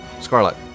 Scarlet